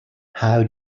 how